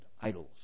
idols